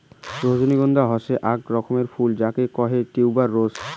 রজনীগন্ধা হসে আক রকমের ফুল যাকে কহে টিউবার রোস